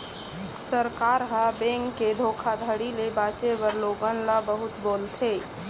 सरकार ह, बेंक के धोखाघड़ी ले बाचे बर लोगन ल बहुत बोलथे